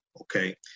Okay